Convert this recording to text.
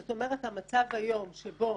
זאת אומרת, המצב היום שבו